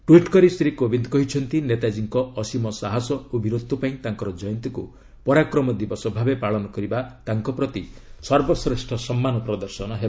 tweet କରି ଶ୍ରୀ କୋବିନ୍ଦ କହିଛନ୍ତି ନେତାଜୀଙ୍କ ଅସୀମ ସାହସ ଓ ବୀରତ୍ୱ ପାଇଁ ତାଙ୍କର ଜୟନ୍ତୀକୁ 'ପରାକ୍ରମ ଦିବସ' ଭାବେ ପାଳନ କରିବା ତାଙ୍କ ପ୍ରତି ସର୍ବଶ୍ରେଷ୍ଠ ସମ୍ମାନ ପ୍ରଦର୍ଶନ ହେବ